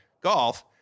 golf